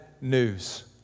news